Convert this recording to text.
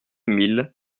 mille